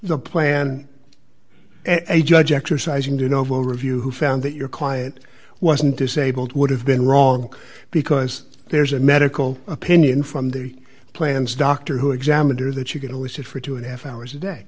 the plan a judge exercising do novo review who found that your client wasn't disabled would have been wrong because there's a medical opinion from the plans doctor who examined her that she could only sit for two and half hours a day